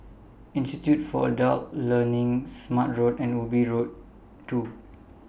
Institute For Adult Learning Smart Road and Ubi Road two